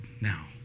now